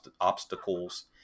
obstacles